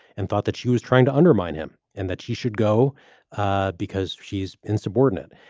and thought that she was trying to undermine him and that she should go ah because. she's insubordinate.